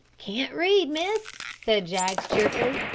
can't read, miss, said jaggs cheerfully.